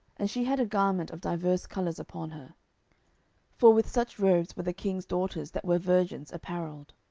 and she had a garment of divers colours upon her for with such robes were the king's daughters that were virgins apparelled.